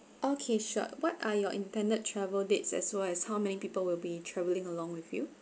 okay sure what are your intended travel dates as well as how many people will be travelling along with you